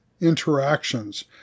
interactions